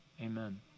Amen